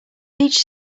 each